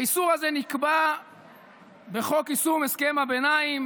האיסור הזה נקבע בחוק יישום הסכם הביניים